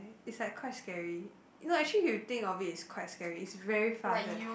is like quite scary no actually if you think of it it's quite scary it's very fast eh